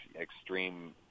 extreme